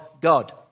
God